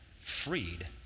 freed